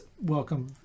welcome